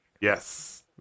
Yes